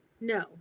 no